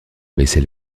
baissait